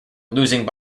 losing